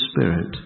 Spirit